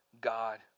God